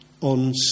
on